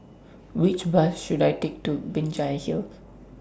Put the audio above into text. Which Bus should I Take to Binjai Hill